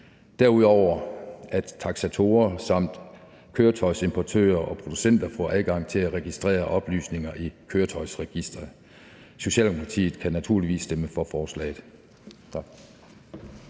derudover, at taksatorer samt køretøjsimportører og -producenter får adgang til at registrere oplysninger i Køretøjsregisteret. Socialdemokratiet kan naturligvis stemme for forslaget.